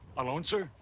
alone, sir?